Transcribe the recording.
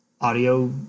audio